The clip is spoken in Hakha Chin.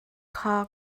kha